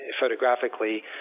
photographically